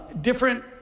different